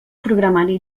programari